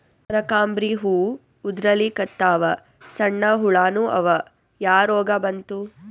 ಕನಕಾಂಬ್ರಿ ಹೂ ಉದ್ರಲಿಕತ್ತಾವ, ಸಣ್ಣ ಹುಳಾನೂ ಅವಾ, ಯಾ ರೋಗಾ ಬಂತು?